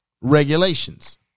regulations